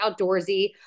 outdoorsy